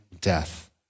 death